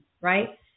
right